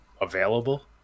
available